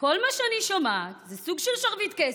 כל מה שאני שומעת זה סוג של שרביט קסם: